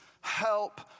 help